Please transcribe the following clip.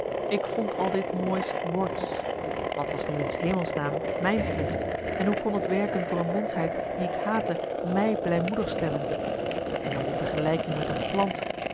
ik vond al dit moois words wat was nu in s hemelsnaam mijn plicht en hoe kon het werken voor een menschheid die ik haatte mij blijmoedig stemmen en dan die vermarcellus emants een nagelaten bekentenis gelijking met een plant